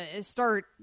start